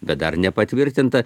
bet dar nepatvirtinta